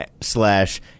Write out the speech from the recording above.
slash